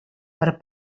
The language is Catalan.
per